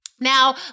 Now